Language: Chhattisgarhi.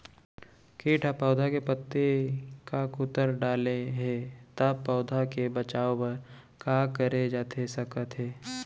किट ह पौधा के पत्ती का कुतर डाले हे ता पौधा के बचाओ बर का करे जाथे सकत हे?